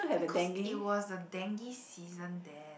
because it was a dengue season then